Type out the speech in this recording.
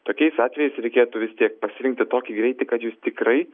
tokiais atvejais reikėtų vis tiek pasirinkti tokį greitį kad jūs tikrai